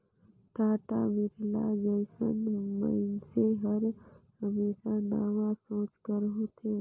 टाटा, बिरला जइसन मइनसे हर हमेसा नावा सोंच कर होथे